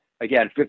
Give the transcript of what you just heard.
Again